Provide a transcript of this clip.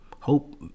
Hope